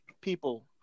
people